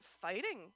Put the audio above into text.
fighting